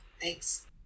Thanks